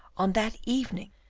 on that evening,